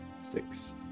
six